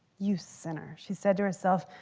you sinner, she said to herself.